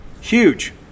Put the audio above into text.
huge